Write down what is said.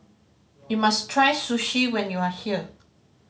you must try Sushi when you are here